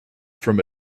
from